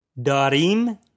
Darim